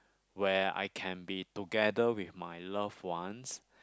where I can be together with my loved ones